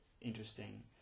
interesting